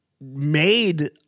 Made